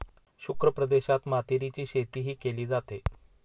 शुष्क प्रदेशात मातीरीची शेतीही केली जाते